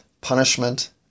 punishment